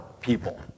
people